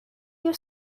you